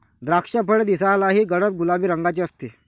द्राक्षफळ दिसायलाही गडद गुलाबी रंगाचे असते